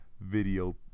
Video